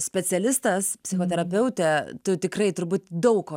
specialistas psichoterapeutė tu tikrai turbūt daug ko